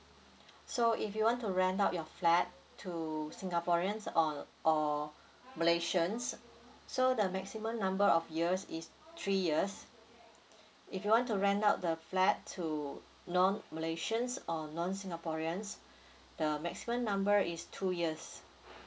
so if you want to rent out your flat to singaporeans on or malaysians so the maximum number of years is three years if you want to rent out the flat to non malaysians or non singaporeans the maximum number is two years